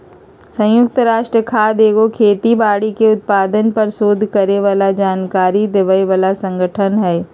संयुक्त राष्ट्र खाद्य एगो खेती बाड़ी के उत्पादन पर सोध करे बला जानकारी देबय बला सँगठन हइ